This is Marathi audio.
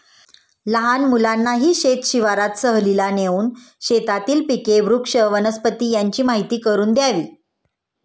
लहान मुलांनाही शेत शिवारात सहलीला नेऊन शेतातील पिके, वृक्ष, वनस्पती यांची माहीती करून द्यावी